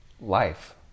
life